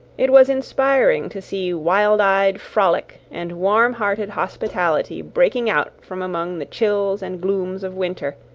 it was inspiring to see wild-eyed frolic and warm-hearted hospitality breaking out from among the chills and glooms of winter,